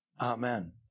amen